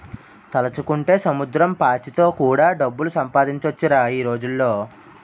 తలుచుకుంటే సముద్రం పాచితో కూడా డబ్బులు సంపాదించొచ్చురా ఈ రోజుల్లో